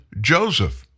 Joseph